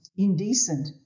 Indecent